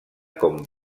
com